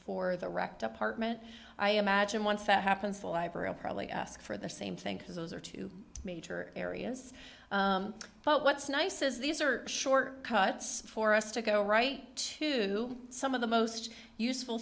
for the rec department i imagine once that happens the library probably ask for the same thing because those are two major areas but what's nice is these are short cuts for us to go right to some of the most useful